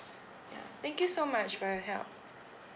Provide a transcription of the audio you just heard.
ya thank you so much for your help